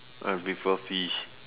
I prefer fish